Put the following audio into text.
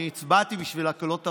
אני הצבעתי בשביל הקלות המס,